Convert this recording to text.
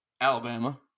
Alabama